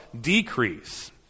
decrease